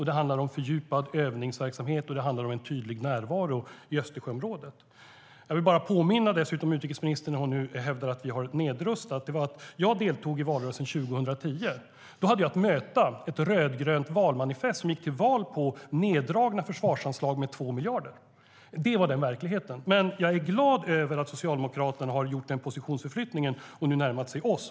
Det handlar om fördjupad övningsverksamhet, och det handlar om en tydlig närvaro i Östersjöområdet.När utrikesministern nu hävdar att vi har nedrustat vill jag bara påminna om en sak. Jag deltog i valrörelsen 2010 och hade då att möta ett rödgrönt valmanifest där ni gick till val på neddragningar av försvarsanslag med 2 miljarder. Det var verkligheten. Men jag är glad över att Socialdemokraterna har gjort en positionsförflyttning och nu närmat sig oss.